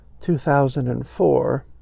2004